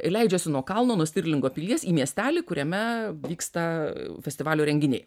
leidžiasi nuo kalno nuo stirlingo pilies į miestelį kuriame vyksta festivalio renginiai